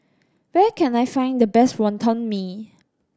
where can I find the best Wonton Mee